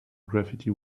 graffiti